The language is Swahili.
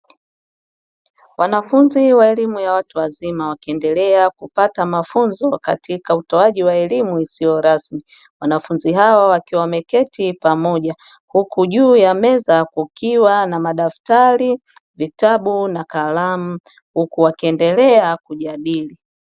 Wanafunzi wa elimu ya watu wazima wakiendelea kupata mafunzo katika utoaji wa elimu isiyo rasmi wanafunzi hao wakiwa wameketi pamoja huku juu ya meza kukiwa na madaftari, vitabu na kalamu huku wakiendelea kujadili.